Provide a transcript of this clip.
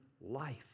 life